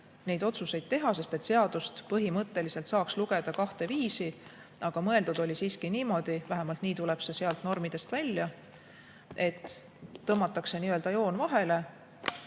otsuseid teha, sest seadust saab põhimõtteliselt lugeda kahte viisi, aga mõeldud oli siiski niimoodi – vähemalt nii tuleb see sealt normidest välja –, et tõmmatakse joon vahele,